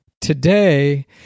Today